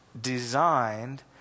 designed